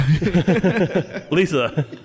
Lisa